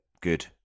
good